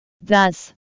Thus